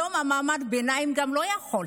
היום גם מעמד הביניים לא יכול,